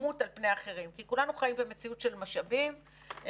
קדימות על-פני אחרים כי כולנו חיים במציאות של משאבים מוגבלים.